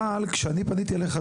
אבל כשאני פניתי אליך,